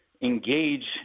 engage